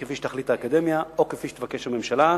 כפי שתחליט האקדמיה או כפי שתבקש הממשלה.